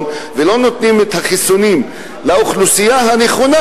ולא נותנים את החיסונים לאוכלוסייה הנכונה,